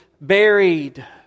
buried